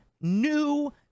new